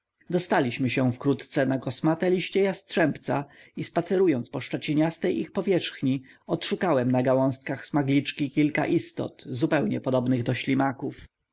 dostaliśmy się wkrótce na kosmate liście jastrzębca i spacerując po szczeciniastej ich powierzchni odszukałem na gałązkach smagliczki kilka istot zupełnie podobnych do ślimaków